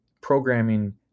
programming